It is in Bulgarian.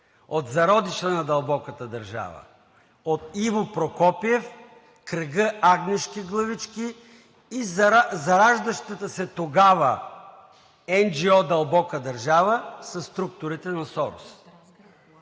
от зародиша на дълбоката държава, от Иво Прокопиев, кръга „агнешки главички“ и зараждащата се тогава NGO дълбока държава със структурите на Сорос.